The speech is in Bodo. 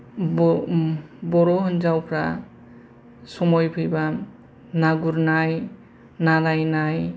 ब ओम बर' हिनजावफ्रा समय फैबा ना गुरनाय ना लायनाय